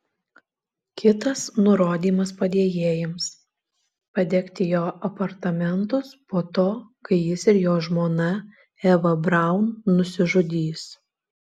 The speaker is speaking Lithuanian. kitas nurodymas padėjėjams padegti jo apartamentus po to kai jis ir jo žmona eva braun nusižudys